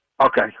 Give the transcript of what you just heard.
Okay